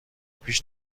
پیش